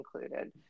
included